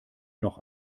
noch